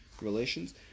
relations